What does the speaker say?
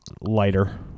lighter